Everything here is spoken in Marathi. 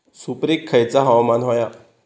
सुपरिक खयचा हवामान होया?